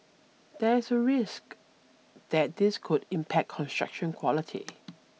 there is a risk that this could impact construction quality